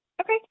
Okay